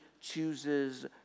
chooses